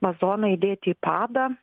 vazoną įdėti į padą